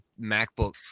MacBook